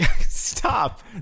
Stop